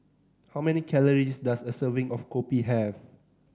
how many calories does a serving of kopi have